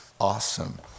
Awesome